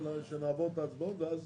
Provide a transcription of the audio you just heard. שנעבור את ההצבעות, ואז